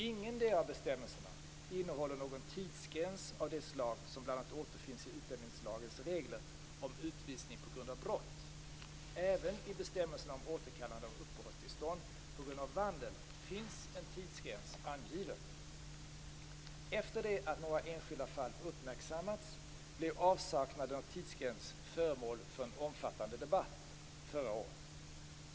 Ingendera av bestämmelserna innehåller någon tidsgräns av det slag som bl.a. återfinns i i utlänningslagens regler om utvisning på grund av brott. Även i bestämmelserna om återkallelse av uppehållstillstånd på grund av vandel finns en tidsgräns angiven. Efter det att några enskilda fall uppmärksammats blev avsaknaden av tidsgräns föremål för en omfattande debatt förra året.